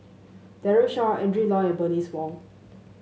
Daren Shiau Adrin Loi and Bernice Wong